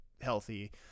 healthy